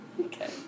Okay